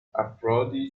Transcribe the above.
افرادی